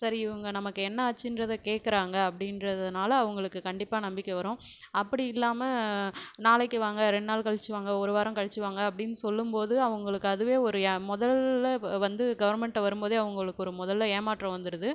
சரி இவங்க நமக்கு என்னாச்சின்றதை கேட்குறாங்க அப்படின்றதனால அவங்களுக்கு கண்டிப்பாக நம்பிக்கை வரும் அப்படி இல்லாமல் நாளைக்கு வாங்க ரெண்டு நாள் கழித்து வாங்க ஒரு வாரம் கழித்து வாங்க அப்படின்னு சொல்லும் போது அவங்களுக்கு அதுவே ஒரு முதல்ல வந்து கவர்மண்ட்டை வரும் போதே அவங்களுக்கு ஒரு முதல்ல ஏமாற்றம் வந்துடுது